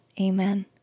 Amen